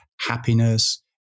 happiness